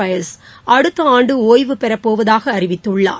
பயஸ் அடுத்தஆண்டுஒய்வுபெறப்போவதாக அறிவித்துள்ளார்